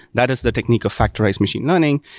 that is the technique of factorized machine learning.